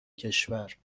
کشور